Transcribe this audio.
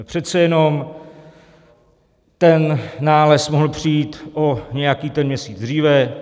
Přece jenom ten nález mohl přijít o nějaký ten měsíc dříve.